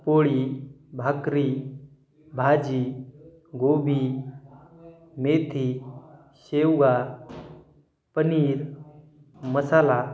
पोळी भाकरी भाजी गोभी मेथी शेवगा पनीर मसाला